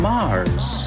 Mars